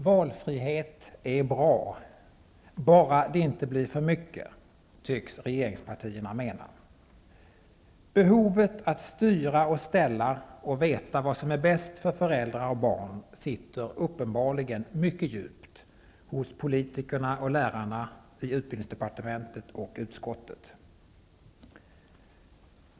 Valfrihet är bra -- bara det inte blir för mycket! tycks regeringspartierna mena. Behovet att styra och ställa och veta vad som är bäst för föräldrar och barn sitter uppenbarligen mycket djupt hos politikerna och lärarna i utbildningsdepartementet och utskottet.